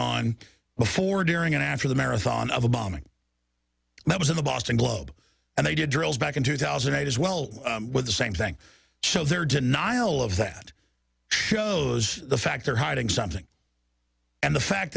on before during and after the marathon of a bombing that was in the boston globe and they did drills back in two thousand and eight as well with the same thing so their denial of that shows the fact they're hiding something and the fact